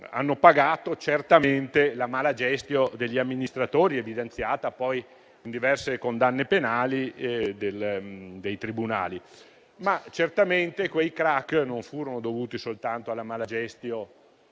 hanno pagato certamente la *mala gestio* degli amministratori, evidenziata poi in diverse condanne penali dai tribunali, ma certamente quei *crack* non furono dovuti soltanto alla *mala gestio*